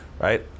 right